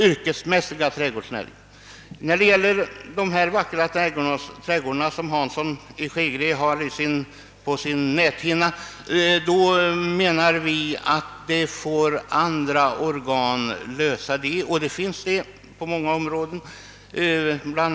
Beträffande de vackra trädgårdar herr Hansson i Skegrie har på sin näthinna menar vi att andra organ får lösa problemen. Bl.